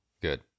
Good